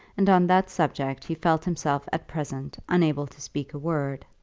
and on that subject he felt himself at present unable to speak a word.